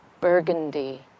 burgundy